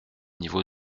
niveau